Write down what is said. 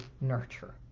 nurture